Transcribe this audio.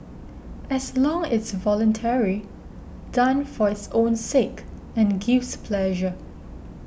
as long it's voluntary done for its own sake and gives pleasure